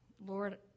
Lord